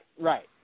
right